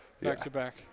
back-to-back